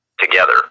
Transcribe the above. together